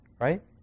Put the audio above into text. Right